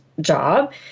Job